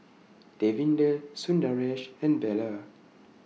Davinder Sundaresh and Bellur